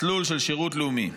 מסלול של שירות לאומי.